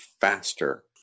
faster